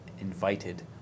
invited